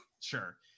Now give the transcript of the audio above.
Sure